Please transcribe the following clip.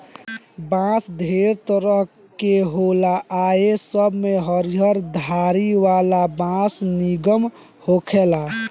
बांस ढेरे तरह के होला आ ए सब में हरियर धारी वाला बांस निमन होखेला